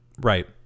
Right